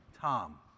Tom